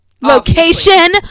Location